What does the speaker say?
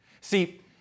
See